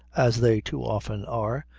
as they too often are,